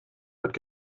would